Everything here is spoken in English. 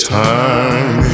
time